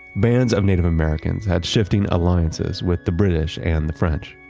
bands of native americans had shifting alliances with the british and the french.